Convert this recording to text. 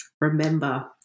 Remember